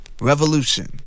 revolution